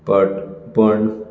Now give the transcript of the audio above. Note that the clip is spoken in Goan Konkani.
बट पूण